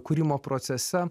kūrimo procese